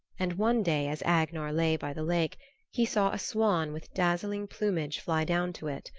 and one day as agnar lay by the lake he saw a swan with dazzling plumage fly down to it.